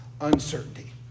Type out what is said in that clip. uncertainty